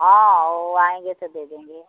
हाँ वह आएँगे तो दे देंगे